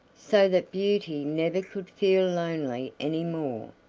so that beauty never could feel lonely any more.